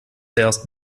erst